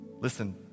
listen